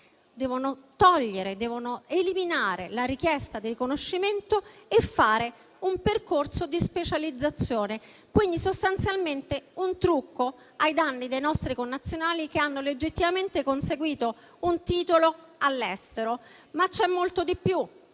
devono eliminare la richiesta di riconoscimento e fare un percorso di specializzazione. Si tratta, sostanzialmente, di un trucco ai danni dei nostri connazionali che hanno legittimamente conseguito un titolo all'estero. Ma c'è molto di più.